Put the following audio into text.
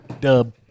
Dub